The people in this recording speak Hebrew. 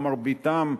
או מרביתם,